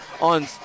on